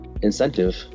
incentive